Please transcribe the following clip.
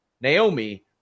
Naomi